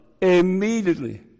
immediately